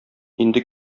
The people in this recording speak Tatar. инде